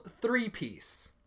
three-piece